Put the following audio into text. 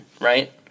right